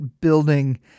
building